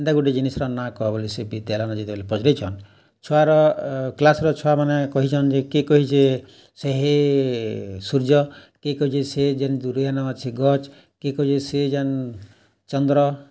ଏନ୍ତା ଗୁଟେ ଜିନିଷ୍ର ନାଁ କହ ବୋଲି ସେ ବିଦ୍ୟାଳୟନେ ଯେତେବେଲେ ପଚ୍ରେଇଛନ୍ ଛୁଆର୍ କ୍ଲାସ୍ର ଛୁଆମାନେ କହିଛନ୍ ଯେ କିଏ କହିଛେ ସେ ହେ ସୂର୍ଯ୍ୟ କିଏ କହିଛେ ସେ ଯେନ୍ ଦୁରେ ହେନ ଅଛେ ଗଛ୍ କିଏ କହିଛେ ସେ ଯେନ୍ ଚନ୍ଦ୍ର